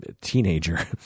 teenager